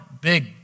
big